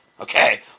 Okay